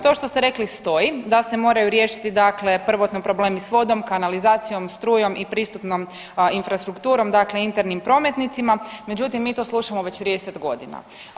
To što ste rekli stoji, da se moraju riješiti dakle prvotno problemi s vodom, kanalizacijom, strujom i pristupnom infrastrukturom, dakle internim prometnicima, međutim, mi to slušamo već 30 godina.